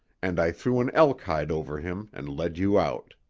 and i threw an elk-hide over him and led you out.